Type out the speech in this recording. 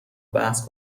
بحث